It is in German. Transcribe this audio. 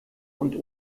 und